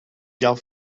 garde